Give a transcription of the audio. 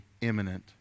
imminent